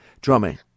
drumming